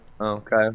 okay